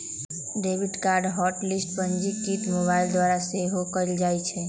debit card के hot list पंजीकृत mobile द्वारा सेहो कएल जाइ छै